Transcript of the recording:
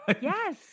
Yes